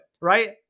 Right